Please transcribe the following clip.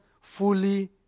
fully